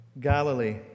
Galilee